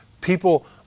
people